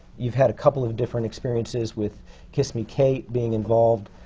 you've had a couple of different experiences, with kiss me kate, being involved